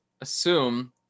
assume